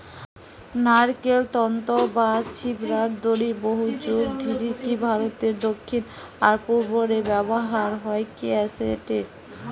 নারকেল তন্তু বা ছিবড়ার দড়ি বহুযুগ ধরিকি ভারতের দক্ষিণ আর পূর্ব রে ব্যবহার হইকি অ্যাসেটে